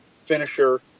finisher